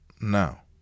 now